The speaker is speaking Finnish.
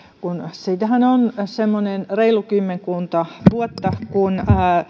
siitähän on semmoinen reilu kymmenkunta vuotta kun